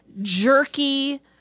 jerky